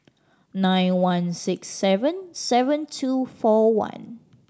nine one six seven seven two four one